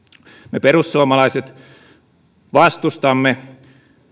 me perussuomalaiset vastustamme